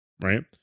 Right